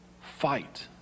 Fight